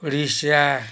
Odisha